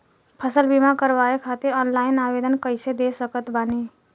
फसल बीमा करवाए खातिर ऑनलाइन आवेदन कइसे दे सकत बानी?